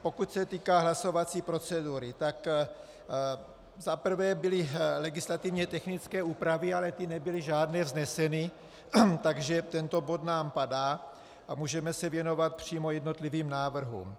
Pokud se týká hlasovací procedury, tak za prvé byly legislativně technické úpravy, ale ty nebyly žádné vzneseny, takže tento bod nám padá a můžeme se věnovat přímo jednotlivým návrhům.